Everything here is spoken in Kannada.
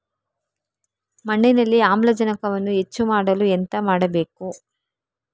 ಮಣ್ಣಿನಲ್ಲಿ ಆಮ್ಲಜನಕವನ್ನು ಹೆಚ್ಚು ಮಾಡಲು ಎಂತ ಮಾಡಬೇಕು?